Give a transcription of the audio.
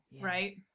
right